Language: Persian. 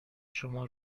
شما